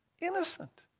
Innocent